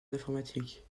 d’informatique